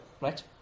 right